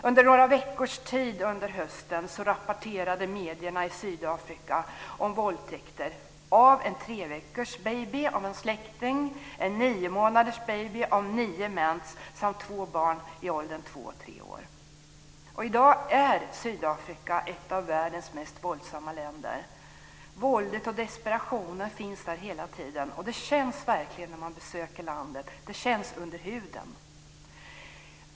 Under några veckors tid under hösten rapporterade medierna i Sydafrika om våldtäkter av en tre veckors baby av en släkting, av en nio månaders baby av nio män samt av två barn i åldern två-tre år. Sydafrika är i dag ett av världens mest våldsamma länder. Våldet och desperationen finns där hela tiden. Det känns verkligen när man besöker landet. Det känns under huden.